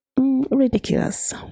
ridiculous